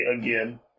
again